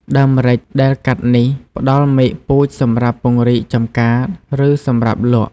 ដើមម្រេច ដែលកាត់នេះ ផ្តល់មែកពូជសម្រាប់ពង្រីកចម្ការ ឬសម្រាប់លក់។